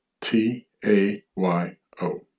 T-A-Y-O